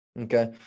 Okay